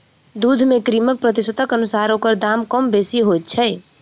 दूध मे क्रीमक प्रतिशतक अनुसार ओकर दाम कम बेसी होइत छै